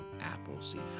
Appleseed